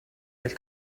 del